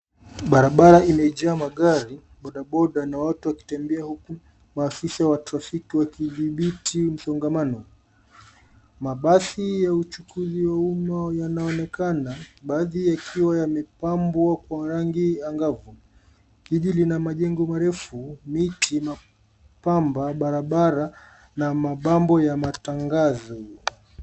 Barabara imejaa magari, bodaboda na watu waktembea huku maafisa wa trafiki wakidhibiti msongamano. Mabasi ya uchukuzi wa umma yanaonekana baadhi yakiwa yamepamwa kwa rangi agavu. Jiji lina majengo marefu, miti, mapambo ya barabara na mabango ya matangazo.